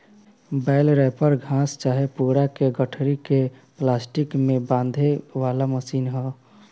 बेल wrapper घास चाहे पुआल के गठरी के प्लास्टिक में बांधे वाला मशीन ह